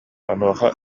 онуоха